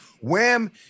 WHAM